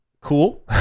cool